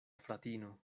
fratino